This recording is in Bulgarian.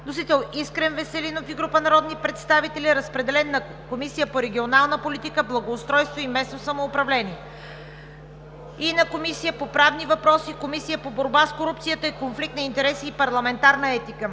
Вносители – Искрен Веселинов и група народни представители. Водеща е Комисията по регионална политика, благоустройство и местно самоуправление. Разпределен е на Комисията по правни въпроси, и на Комисията за борба с корупцията, конфликт на интереси и парламентарна етика.